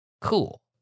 cool